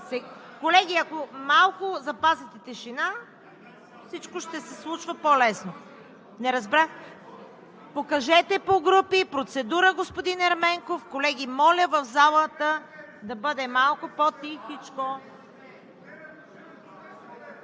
Колеги, ако малко запазите тишина, всичко ще се случва по-лесно. Покажете гласуването по групи. За процедура – господин Ерменков. Моля в залата да бъде малко по-тихичко!